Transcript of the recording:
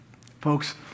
folks